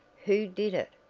who did it?